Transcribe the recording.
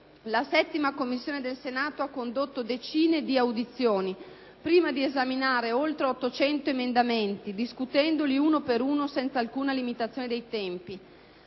La 7a Commissione permanente del Senato ha condotto decine di audizioni prima di esaminare oltre 800 emendamenti, discutendoli uno per uno senza alcuna limitazione dei tempi.